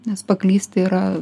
nes paklysti yra